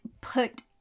put